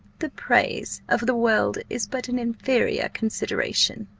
the praise of the world is but an inferior consideration.